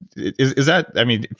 is is that, i mean,